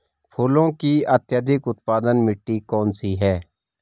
फूलों की अत्यधिक उत्पादन मिट्टी कौन सी है?